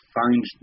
find